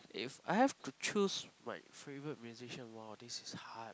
if I have to choose my favourite musician !wow! this is hard